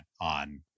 on